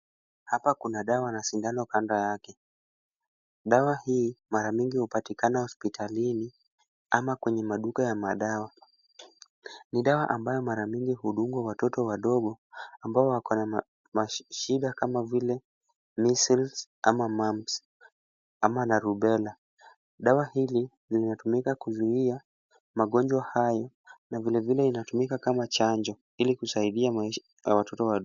Hapa kuna dawa na sindano kando yake. Dawa hii mara mingi hupatikana hospitalini ama kwenye maduka ya madawa. Ni dawa ambayo mara mingi hudungwa watoto wadogo ambao wako na mashida kama vile measles ama mumps ama na rubella . Dawa hili zinatumika kuzuia magonjwa hayo na vilevile inatumika kama chanjo ili kusaidia maisha ya watoto wadogo.